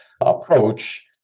Approach